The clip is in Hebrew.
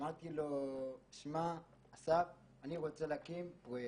ואמרתי לו, תשמע, אסף, אני רוצה להקים פרויקט.